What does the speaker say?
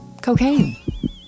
cocaine